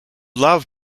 love